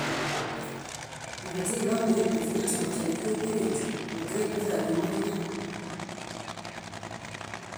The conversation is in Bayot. Moźiɭomiñapi źiñatianotia nixo ékereinźe, moźemeźa ólio moźiñana.